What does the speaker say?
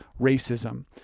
racism